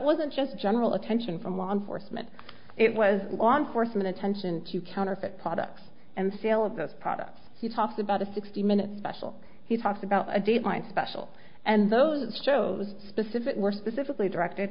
wasn't just general attention from law enforcement it was on for some attention to counterfeit products and sale of those products he talked about a sixty minute special he talked about a deadline special and those shows specific were specifically directed